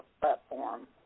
platform